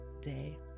day